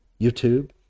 YouTube